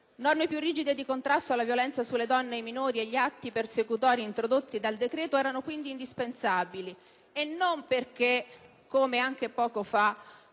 Norme più rigide di contrasto alla violenza sulle donne e sui minori e agli atti persecutori introdotti dal decreto erano quindi indispensabili, e non perché, come anche poco fa